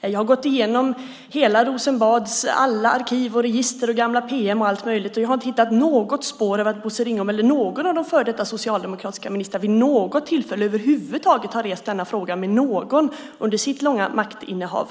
Jag har gått igenom hela Rosenbads alla arkiv, register och gamla PM, och jag har inte hittat något spår av eller anteckningar från något bilateralt möte som visar att Bosse Ringholm eller någon av de socialdemokratiska före detta ministrarna vid något tillfälle över huvud taget har rest denna fråga med någon under sitt långa maktinnehav.